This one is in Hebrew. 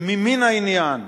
ממין העניין,